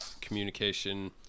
communication